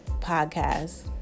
podcast